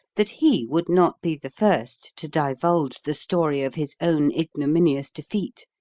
that he would not be the first to divulge the story of his own ignominious defeat,